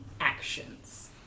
actions